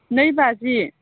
नै बाजि